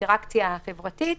האינטראקציה החברתית.